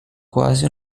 quasi